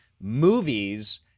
movies